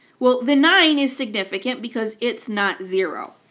well the nine is significant because it's not zero.